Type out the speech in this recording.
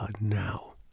now